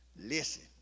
listen